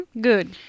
good